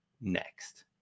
next